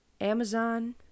Amazon